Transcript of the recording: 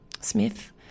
Smith